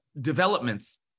developments